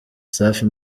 safi